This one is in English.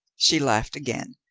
she laughed again,